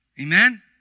Amen